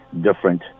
different